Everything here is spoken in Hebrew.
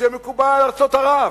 שמקובל על ארצות ערב,